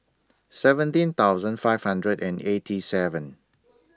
seventeen thousand five hundred and eighty seven